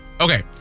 Okay